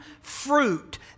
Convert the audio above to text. fruit